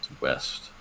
west